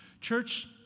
Church